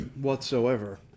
whatsoever